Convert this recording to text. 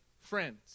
friends